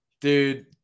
Dude